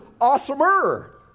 awesomer